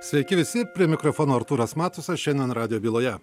sveiki visi prie mikrofono artūras matusas šiandien radijo byloje